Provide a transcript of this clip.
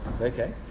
Okay